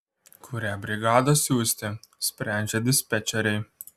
kurią brigadą siųsti sprendžia dispečeriai